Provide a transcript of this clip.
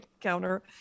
counter